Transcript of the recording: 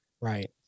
Right